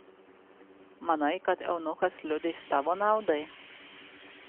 manai kad eunuchas liudys tavo naudai